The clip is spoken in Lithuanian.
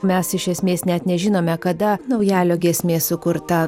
mes iš esmės net nežinome kada naujalio giesmė sukurta